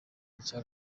n’icyo